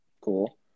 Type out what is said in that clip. Cool